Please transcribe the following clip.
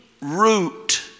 root